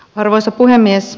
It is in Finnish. arvoisa puhemies